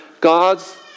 God's